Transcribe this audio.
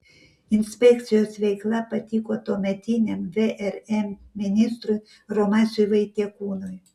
inspekcijos veikla patiko tuometiniam vrm ministrui romasiui vaitekūnui